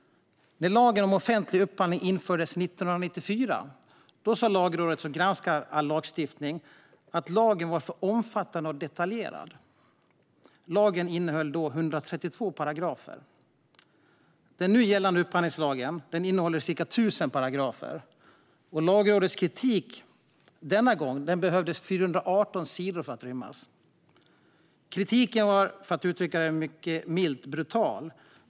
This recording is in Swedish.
När lagen om offentlig upphandling infördes 1994 sa Lagrådet, som granskar all lagstiftning, att lagen var för omfattande och detaljerad. Lagen innehöll då 132 paragrafer. Den nu gällande upphandlingslagen innehåller ca 1 000 paragrafer. Lagrådets kritik denna gång behövde 418 sidor för att rymmas. Kritiken var, för att uttrycka det mycket milt, brutal.